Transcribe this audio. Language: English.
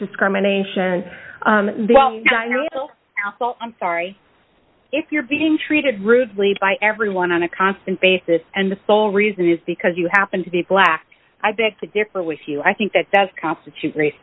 discrimination i'm sorry if you're being treated rudely by everyone on a constant basis and the sole reason is because you happen to be black i beg to differ with you i think that that constitutes race